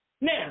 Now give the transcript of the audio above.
Now